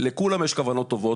לכולם יש כוונות טובות,